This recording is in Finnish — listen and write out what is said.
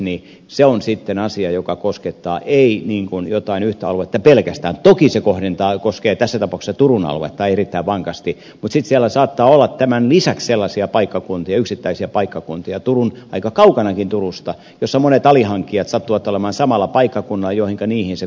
karjula totesi on sitten asia joka koskettaa ei jotain yhtä aluetta pelkästään toki se koskee tässä tapauksessa turun aluetta erittäin vankasti vaan siellä saattaa olla tämän lisäksi sellaisia paikkakuntia yksittäisiä paikkakuntia aika kaukanakin turusta joissa monet alihankkijat sattuvat olemaan samoilla paikkakunnilla jolloin se niihin kohdistuu aika kovasti